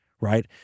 right